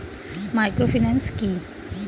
Microfinance কি?